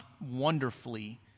wonderfully